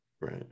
Right